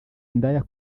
indaya